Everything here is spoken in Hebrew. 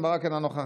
אינו נוכח,